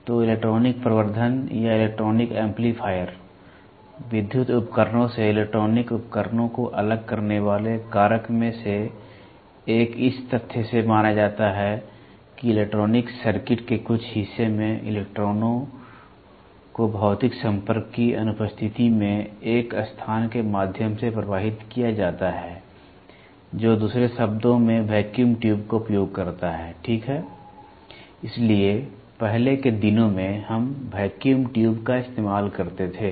तो इलेक्ट्रॉनिक प्रवर्धन या इलेक्ट्रॉनिक एम्पलीफायर विद्युत उपकरणों से इलेक्ट्रॉनिक उपकरणों को अलग करने वाले कारक में से एक इस तथ्य से माना जाता है कि इलेक्ट्रॉनिक्स सर्किट के कुछ हिस्से में इलेक्ट्रॉनों को भौतिक संपर्क की अनुपस्थिति में एक स्थान के माध्यम से प्रवाहित किया जाता है जो दूसरे शब्दों में वैक्यूम ट्यूब का उपयोग करता है ठीक है इसलिए पहले के दिनों में हम वैक्यूम ट्यूब का इस्तेमाल करते थे